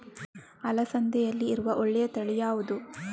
ಅಲಸಂದೆಯಲ್ಲಿರುವ ಒಳ್ಳೆಯ ತಳಿ ಯಾವ್ದು?